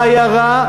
מה היה רע,